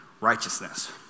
righteousness